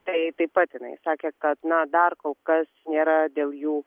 tai taip pat jinai sakė kad na dar kol kas nėra dėl jų